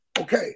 okay